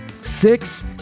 six